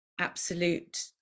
absolute